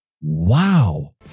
Wow